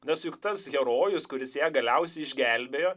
nes juk tas herojus kuris ją galiausiai išgelbėjo